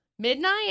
midnight